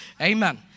Amen